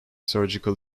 surgical